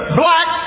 black